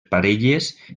parelles